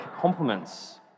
compliments